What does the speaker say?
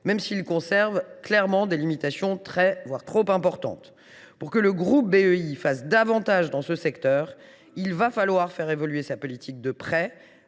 même s’il conserve clairement des limitations très, voire trop importantes. Pour que le groupe BEI fasse davantage dans ce secteur, il faudra faire évoluer sa politique de prêts.